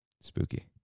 spooky